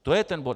To je ten bod.